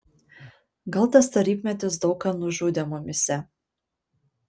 gal tas tarybmetis daug ką nužudė mumyse